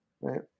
right